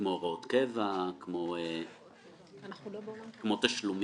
כמו הוראות קבע, כמו תשלום